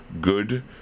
good